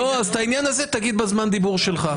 לא, אז את העניין הזה תגיד בזמן הדיבור שלך.